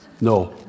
No